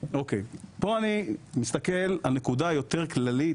פה אני מסתכל על נקודה יותר כללית,